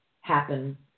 happen